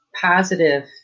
positive